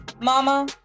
mama